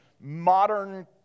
modern